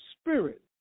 spirit